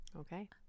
Okay